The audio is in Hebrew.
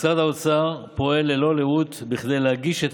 משרד האוצר פועל ללא לאות בכדי להגיש את